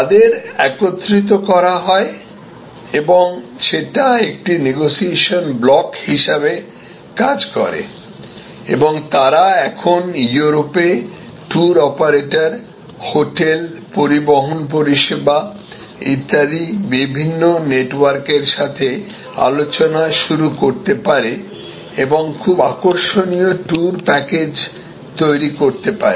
তাদের একত্রিত করা হয় এবং সেটা একটি নেগোসিয়েশন ব্লক হিসাবে কাজ করে এবং তারা এখন ইউরোপে ট্যুর অপারেটর হোটেল পরিবহন পরিষেবা ইত্যাদি বিভিন্ন নেটওয়ার্কের সাথে আলোচনা শুরু করতে পারে এবং খুব আকর্ষণীয় ট্যুর প্যাকেজ তৈরি করতে পারে